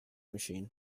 machine